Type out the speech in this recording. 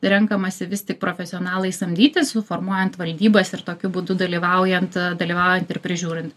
renkamasi vis tik profesionalai samdyti suformuojant valdybas ir tokiu būdu dalyvaujant dalyvaujant ir prižiūrint